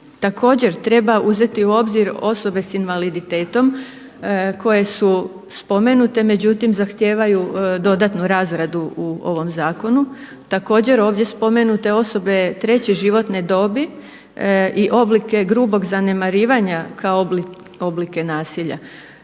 Također treba uzeti u obzir osobe s invaliditetom koje su spomenute međutim zahtijevaju dodatnu razradu u ovom zakonu. Također ovdje spomenute osobe treće životne dobi i oblike grubog zanemarivanja kao oblike nasilja.